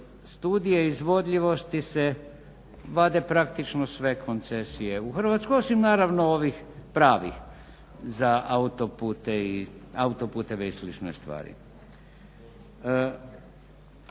studije izvodljivosti se vade praktički sve koncesije u Hrvatskoj, osim naravno ovih pravih za autoputeve i slične stvari.